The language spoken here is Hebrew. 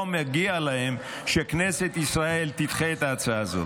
לא מגיע להם שכנסת ישראל תדחה את ההצעה הזאת.